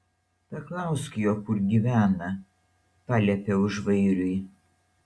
paklausk jo kur gyvena paliepiau žvairiui